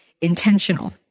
intentional